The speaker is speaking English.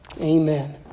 Amen